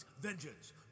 vengeance